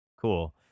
Cool